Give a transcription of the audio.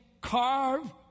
carve